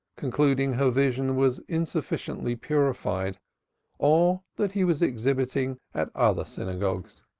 concluding her vision was insufficiently purified or that he was exhibiting at other synagogues.